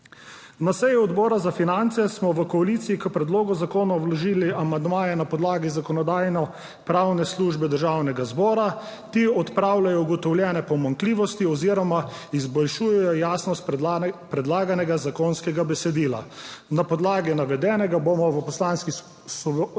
Na seji Odbora za finance smo v koaliciji k predlogu zakona vložili amandmaje na podlagi Zakonodajno-pravne službe Državnega zbora, ki odpravljajo ugotovljene pomanjkljivosti oziroma izboljšujejo jasnost predlaganega zakonskega besedila. Na podlagi navedenega bomo v Poslanski skupini